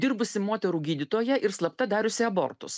dirbusi moterų gydytoja ir slapta dariusi abortus